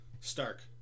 Stark